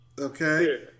okay